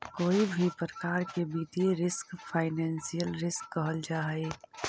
कोई भी प्रकार के वित्तीय रिस्क फाइनेंशियल रिस्क कहल जा हई